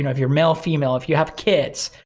if you're male, female, if you have kids,